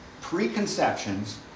preconceptions